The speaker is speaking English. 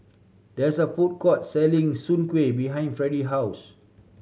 there is a food court selling Soon Kueh behind Freddy house